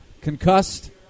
concussed